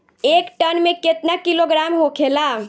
एक टन मे केतना किलोग्राम होखेला?